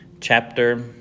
chapter